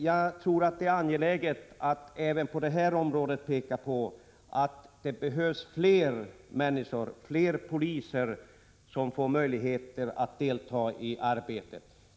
Jag tror att det är angeläget att peka på att fler människor, fler poliser, behövs i trafikövervakningsarbetet.